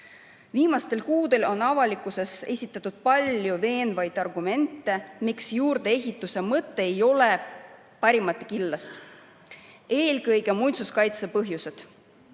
Viimastel kuudel on avalikkuses esitatud palju veenvaid argumente, miks juurdeehitise mõte ei ole parimate killast. Eelkõige muinsuskaitse põhjused,